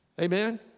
Amen